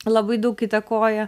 labai daug įtakoja